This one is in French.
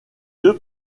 deux